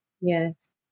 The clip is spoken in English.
Yes